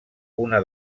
una